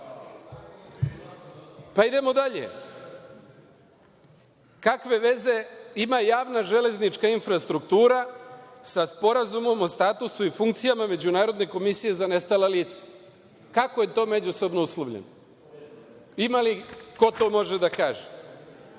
objasni. Idemo dalje, takve veze ima Javna železnička infrastruktura sa Sporazumom o statusu i funkcijama Međunarodne komisije za nestala lica? Kako je to međusobno uslovljeno? Ima li tu ko šta može da